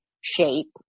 shape